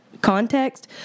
context